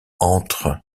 entre